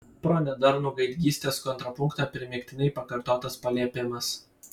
pro nedarnų gaidgystės kontrapunktą primygtinai pakartotas paliepimas